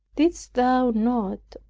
didst thou not,